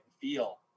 feel